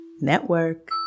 network